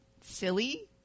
silly